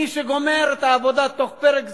מי שגומר את העבודה בתוך פרק זמן,